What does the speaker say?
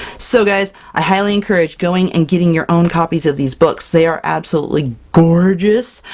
so guys i highly encourage going and getting your own copies of these books they are absolutely gorgeous!